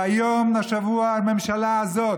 והיום, השבוע, הממשלה הזאת,